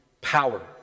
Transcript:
power